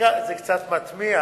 זה קצת מתמיה,